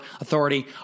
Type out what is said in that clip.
authority